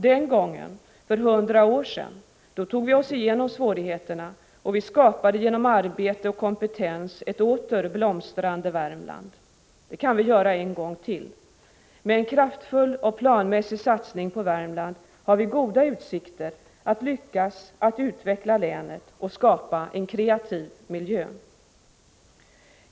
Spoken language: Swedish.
Den gången för hundra år sedan tog vi oss igenom svårigheterna, och vi skapade genom arbete och kompetens ett åter blomstrande Värmland. Det kan vi göra en gång till. Med en kraftfull och planmässig satsning på Värmland har vi goda utsikter att lyckas att utveckla länet och skapa en kreativ miljö.